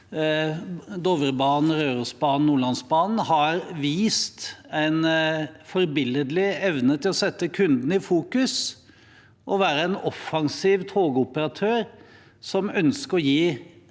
Dovrebanen, Rørosbanen og Nordlandsbanen, har vist en for billedlig evne til å sette kunden i fokus og være en offensiv togoperatør som ønsker å gi